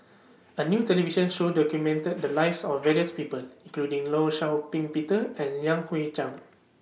A New television Show documented The Lives of various People including law Shau Ping Peter and Yan Hui Chang